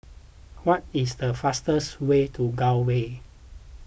what is the faster way to Gul Way